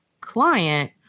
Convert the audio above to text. client